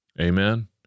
Amen